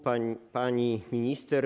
Pani Minister!